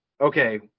okay